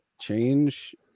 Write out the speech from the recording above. change